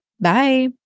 Bye